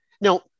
Now